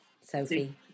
Sophie